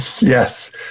Yes